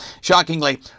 Shockingly